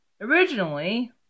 originally